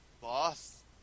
boss